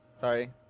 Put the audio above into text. sorry